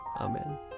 Amen